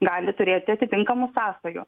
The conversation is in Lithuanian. gali turėti atitinkamų sąsajų